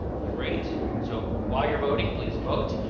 great, so while you're voting, please vote,